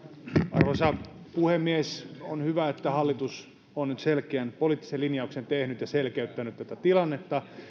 arvoisa puhemies on hyvä että hallitus on nyt selkeän poliittisen linjauksen tehnyt ja selkeyttänyt tätä tilannetta